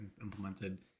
implemented